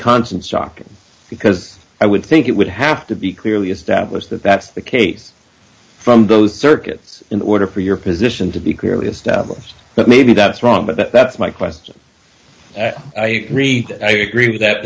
constant shock because i would think it would have to be clearly established that that's the case from those circuits in order for your position to be clearly established but maybe that's wrong but that's my question i agree i agree with that